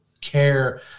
care